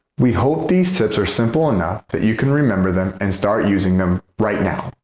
we hope these tips are simple enough that you can remember them and start using them right now.